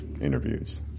interviews